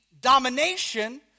domination